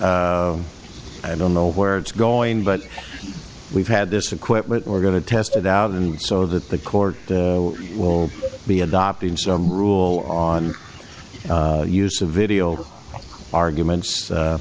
i don't know where it's going but we've had this equipment we're going to test it out and so that the court will be adopting some rule on use of video arguments